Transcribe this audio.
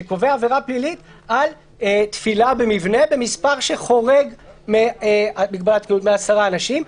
שקובע עבירה פלילית על תפילה במבנה במספר שחורג מעשרה אנשים.